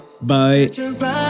Bye